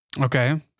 Okay